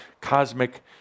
cosmic